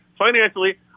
Financially